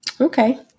Okay